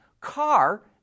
Car